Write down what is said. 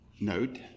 note